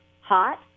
hot